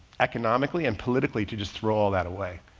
economically and politically to just throw all that away.